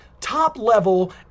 top-level